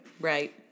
Right